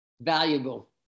valuable